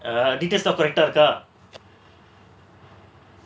details லாம்:laam correct ah இருக்கா:irukkaa